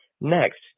Next